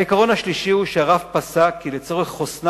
העיקרון השלישי הוא שהרב פסק כי לצורך חוסנה